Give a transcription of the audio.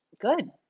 good